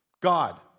God